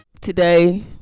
Today